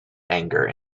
anger